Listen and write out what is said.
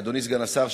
אדוני סגן השר,